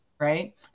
right